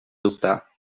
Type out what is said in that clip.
dubtar